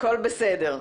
הכול בסדר.